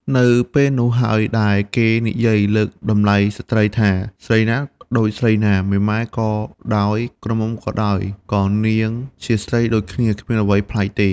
នៅពេលនោះហើយដែលគេនិយាយលើកតម្លៃស្ត្រីថា ស្រីណាដូចស្រីណា មេម៉ាយក៏ដោយ ក្រមុំក៏ដោយ ក៏នាងជាស្រីដូចគ្នា គ្មានអ្វីប្លែកទេ។